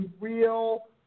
real